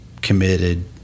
committed